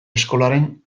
eskolaren